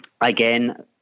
Again